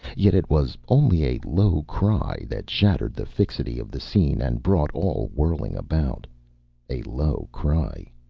yet it was only a low cry that shattered the fixity of the scene and brought all whirling about a low cry,